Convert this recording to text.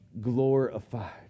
glorified